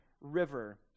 River